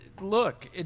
look